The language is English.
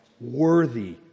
worthy